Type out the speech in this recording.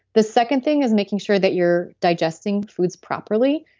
the second thing is making sure that you're digesting foods properly.